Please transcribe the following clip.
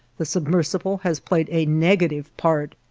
the submersible has played a negative part.